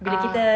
ah